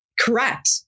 Correct